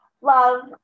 love